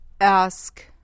Ask